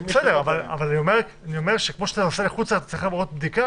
כמו שאתה נוסע לחו"ל וצריך לעבור בדיקה